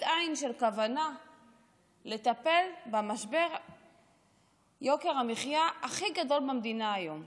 עין של כוונה לטפל במשבר יוקר המחיה הכי גדול במדינה היום.